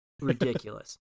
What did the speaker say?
ridiculous